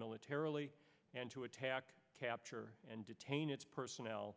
militarily and to attack capture and detain its personnel